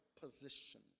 position